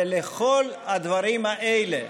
ולכל הדברים האלה,